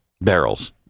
barrels